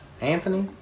Anthony